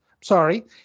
sorry